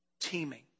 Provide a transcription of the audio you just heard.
Teeming